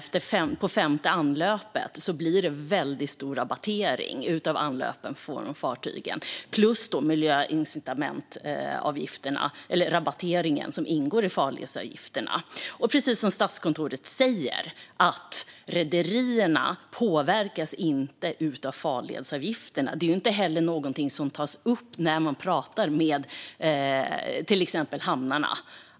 Från femte anlöpet blir det väldigt stor rabattering av anlöpen för fartygen. Dessutom ingår miljöincitamentsrabatteringen i farledsavgifterna. Precis som Statskontoret säger påverkas inte rederierna av farledsavgifterna. Det är inte heller någonting som tas upp när man pratar med till exempel hamnarna.